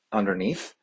underneath